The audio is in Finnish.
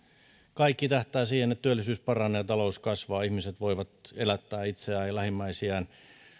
kaikki tähtää siihen että työllisyys paranee ja talous kasvaa ja että ihmiset voivat elättää itseään ja lähimmäisiään